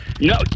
No